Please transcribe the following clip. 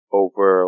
over